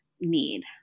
need